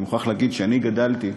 אני מוכרח להגיד שכשאני גדלתי,